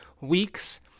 weeks